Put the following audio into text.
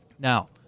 now